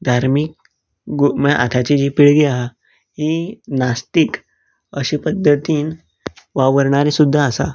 धार्मीक गूड म्हळ्यार आताची पिळगी आहा ही नास्तिक अशें पद्दतीन वावरणारे सुद्दां आसात